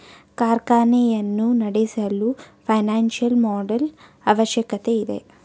ಕಾರ್ಖಾನೆಯನ್ನು ನಡೆಸಲು financial model ಅವಶ್ಯಕತೆ ಇದೆ